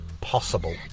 possible